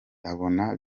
abona